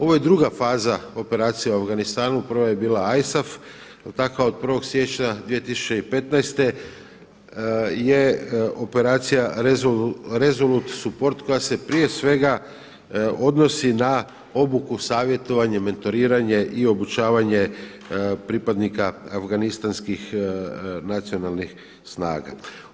Ovo je druga faza operacije u Afganistanu, prva je bila ISAF, od 1. siječnja 2015. je operacija Resolute support koja se prije svega odnosi na obuku, savjetovanje, mentoriranje i obučavanje pripadnika Afganistanskih nacionalnih snaga.